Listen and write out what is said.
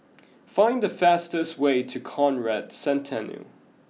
find the fastest way to Conrad Centennial